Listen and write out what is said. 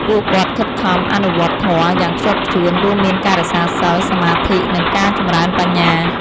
ពួកគាត់ខិតខំ អនុវត្តធម៌ យ៉ាងខ្ជាប់ខ្ជួន រួមមានការរក្សាសីល សមាធិ និងការចម្រើនបញ្ញា។